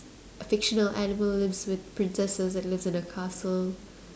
fictional animal lives with princesses and lives in a castle